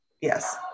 yes